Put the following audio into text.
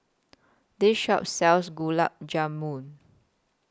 This Shop sells Gulab Jamun